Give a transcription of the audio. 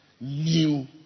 new